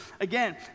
Again